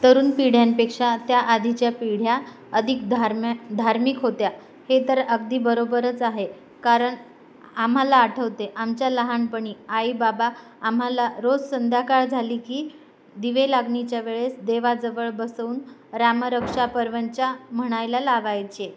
तरुण पिढ्यांपेक्षा त्याआधीच्या पिढ्या अधिक धार्म्या धार्मिक होत्या हे तर अगदी बरोबरच आहे कारण आम्हाला आठवते आहे आमच्या लहानपणी आई बाबा आम्हाला रोज संध्याकाळ झाली की दिवेलागणीच्या वेळेस देवाजवळ बसवून रामरक्षा परवचा म्हणायला लावायचे